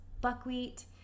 buckwheat